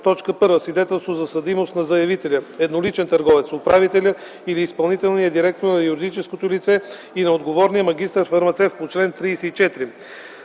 1. свидетелство за съдимост на заявителя - едноличен търговец, управителя или изпълнителния директор на юридическото лице и на отговорния магистър-фармацевт по чл. 34;